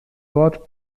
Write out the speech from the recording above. wort